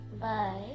Bye